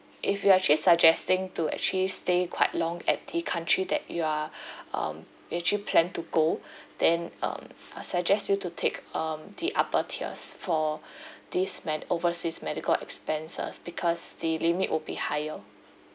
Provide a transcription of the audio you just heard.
if you are actually suggesting to actually stay quite long at the country that you are um you actually plan to go then um I'll suggest you to take um the upper tiers for this med~ overseas medical expenses because the limit will be higher